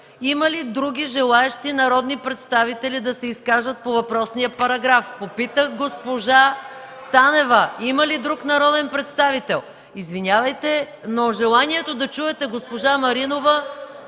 има ли други желаещи народни представители да се изкажат по въпросния параграф? (Шум и реплики от ГЕРБ.) Попитах госпожа Танева – има ли друг народен представител? Извинявайте, но желанието да чуете госпожа Маринова